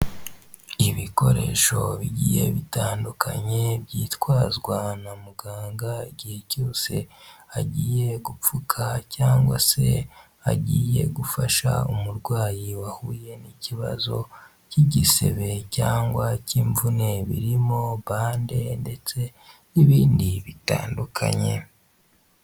Ibikoresho bigiye bitandukanye byitwazwa na muganga, igihe cyose agiye gupfuka cyangwa se agiye gufasha umurwayi wahuye n'ikibazo cy'igisebe, cyangwa cy'imvune birimo bande ndetse n'ibindi bitandukanye.